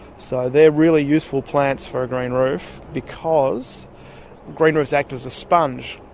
so they are really useful plants for a green roof because green roofs act as a sponge,